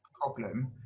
problem